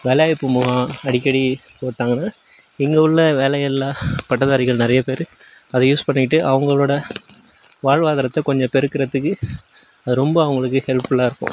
வேலைவாய்ப்பு முகா அடிக்கடி போட்டாங்கன்னா இங்கே உள்ள வேலையில்லா பட்டதாரிகள் நிறைய பேர் அதை யூஸ் பண்ணிக்கிட்டு அவங்களோட வாழ்வாதாரத்தை கொஞ்சம் பெருக்கறதுக்கு அது ரொம்ப அவங்களுக்கு ஹெல்ப்ஃபுல்லாக இருக்கும்